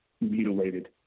mutilated